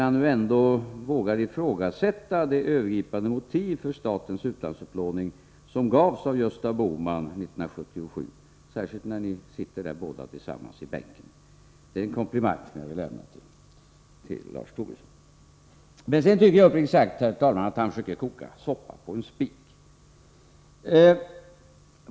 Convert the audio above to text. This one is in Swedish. Han vågar nämligen ifrågasätta de övergripande motiv för statens utlandsupplåning som angavs av Gösta Bohman 1977 — ni sitter ju bredvid varandra just nu. Det är en komplimang, Lars Tobisson. Men uppriktigt sagt, herr talman, tycker jag att Lars Tobisson försöker koka soppa på en spik.